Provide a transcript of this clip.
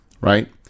Right